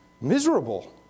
miserable